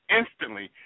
instantly